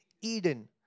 Eden